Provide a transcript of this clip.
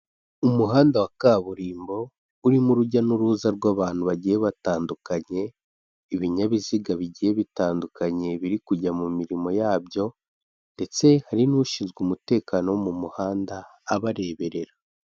Umuhanda wa kaburimbo urimo urujya n'uruza rw'abantu bagiye batandukanye, ibinyabiziga bigiye bitandukanye biri kujya mu mirimo yabyo ndetse hari n'ushinzwe umutekano wo mu muhanda abareberera.